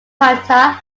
hunter